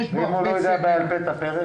ואם הוא לא יודע בעל פה את הפרק?